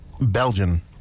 Belgian